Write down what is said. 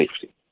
safety